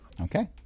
Okay